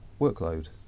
workload